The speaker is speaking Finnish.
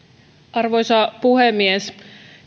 arvoisa puhemies